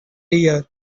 dear